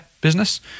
business